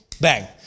Bang